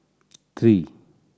three